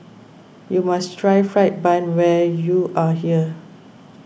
you must try Fried Bun when you are here